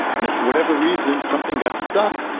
and if whatever reason something got stuck,